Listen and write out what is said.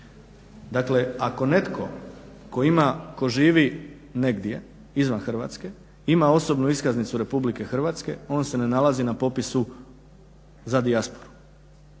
Dakle ako netko tko živi negdje izvan Hrvatske ima osobnu iskaznicu RH on se ne nalazi na popisu za dijasporu.